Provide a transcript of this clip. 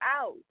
out